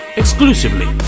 exclusively